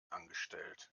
angestellt